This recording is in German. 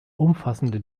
umfassende